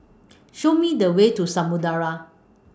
Show Me The Way to Samudera